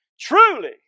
truly